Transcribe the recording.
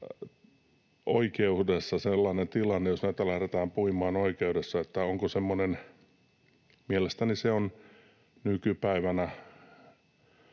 oikeudessa sellainen tilanne, jos näitä lähdetään puimaan oikeudessa. Mielestäni se on nykypäivänä